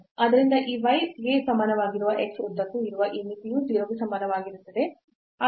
ಆದ್ದರಿಂದ ಈ y ಗೆ ಸಮಾನವಾಗಿರುವ x ಉದ್ದಕ್ಕೂ ಇರುವ ಈ ಮಿತಿಯು 0 ಗೆ ಸಮಾನವಾಗಿರುತ್ತದೆ